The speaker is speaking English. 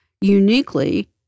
uniquely